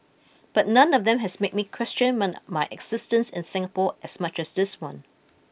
but none of them has made me question my existence in Singapore as much this one